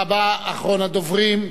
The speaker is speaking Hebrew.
אחרון הדוברים,